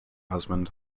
husband